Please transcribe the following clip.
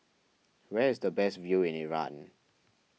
where is the best view in Iran